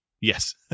Yes